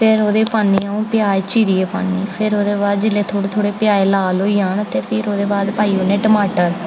फिर ओह्दे पान्नी अ'ऊं प्याज़ चीरियै पान्नी फिर ओह्दे बाच जेल्लै थोह्ड़े थोह्ड़े प्याज़ लाल होई जान ते फिर ओह्दे बाद पाई औने टमाटर